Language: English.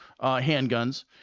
handguns